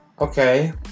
okay